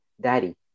Daddy